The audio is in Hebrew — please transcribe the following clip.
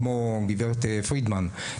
כמו גברת פרידמן,